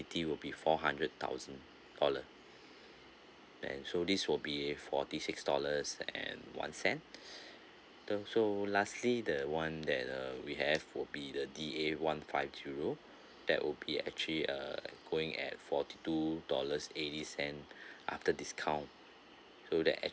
~ity will be four hundred thousand dollar and so this will be forty six dollars and one cent also lastly the one that uh we have would be the D A one five zero that will be actually uh going at forty two dollars eighty cent after discount so that actual~